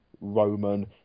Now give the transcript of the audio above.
Roman